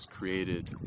created